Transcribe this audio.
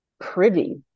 privy